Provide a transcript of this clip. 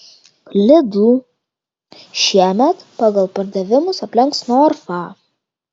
lidl šiemet pagal pardavimus aplenks norfą